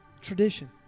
Tradition